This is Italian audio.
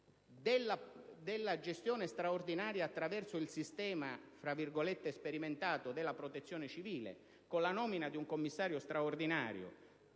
della gestione straordinaria attraverso il sistema "sperimentato" della Protezione civile, con la nomina di un commissario straordinario